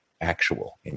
actual